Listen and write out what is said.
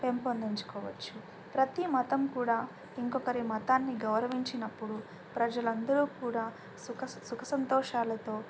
పెంపొందించుకోవచ్చు ప్రతి మతం కూడా ఇంకొకరి మతాన్ని గౌరవించినప్పుడు ప్రజలు అందరు కూడా సుఖ సుఖ సంతోషాలతో